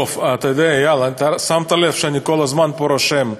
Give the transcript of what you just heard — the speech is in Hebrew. טוב, אתה יודע, איל, שמת לב שאני כל הזמן פה רושם,